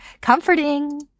comforting